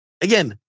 Again